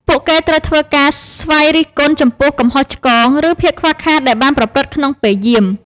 ពួកគេត្រូវធ្វើការ «ស្វ័យរិះគន់» ចំពោះកំហុសឆ្គង ឬភាពខ្វះខាតដែលបានប្រព្រឹត្តក្នុងពេលយាម។